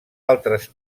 altres